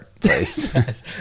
place